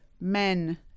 men